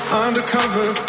undercover